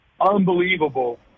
Unbelievable